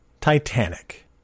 Titanic